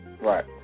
Right